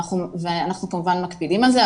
ואנחנו כמובן מקפידים על זה,